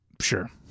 Sure